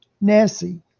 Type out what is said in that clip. Nessie